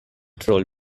troll